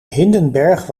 hindenberg